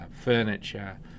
furniture